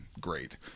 great